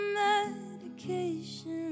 medication